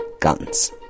guns